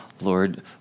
Lord